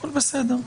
הכול בסדר.